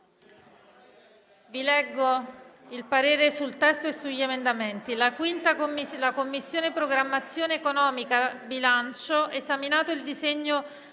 Vi leggo il parere sul testo e sugli emendamenti: «La Commissione programmazione economica, bilancio, esaminato il disegno